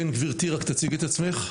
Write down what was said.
כן גברתי, רק תציגי את עצמך.